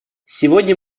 сегодня